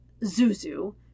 Zuzu